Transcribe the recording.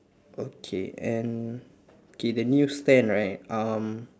okay and K the news stand right um